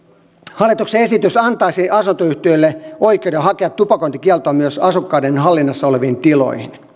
hallituksen esitys antaisi asuntoyhtiöille oikeuden hakea tupakointikieltoa myös asukkaiden hallinnassa oleviin tiloihin